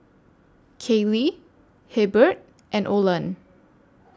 Kayli Hebert and Olan